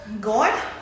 god